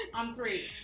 on three.